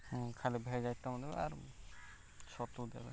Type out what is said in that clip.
ହଁ ଖାଲି veg item ଦେବେ ଆର୍ ଛତୁ ଦେବେ